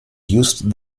used